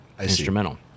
instrumental